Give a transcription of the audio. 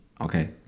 okay